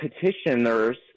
petitioners